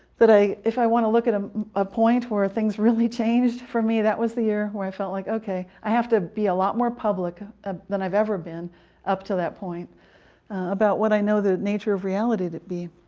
that i if i want to look at um a point where things really changed for me, that was the year where i felt like, ok, i have to be a lot more public ah than i've ever been up to that point about what i know the nature of reality to be.